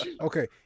okay